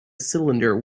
cylinder